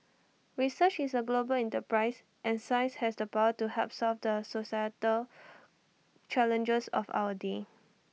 research is A global enterprise and science has the power to help solve the societal challenges of our day